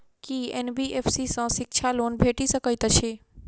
की NBFC सँ शिक्षा loan भेटि सकैत अछि?